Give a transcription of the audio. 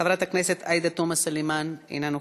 חברת הכנסת עאידה תומא סלימאן, אינה נוכחת,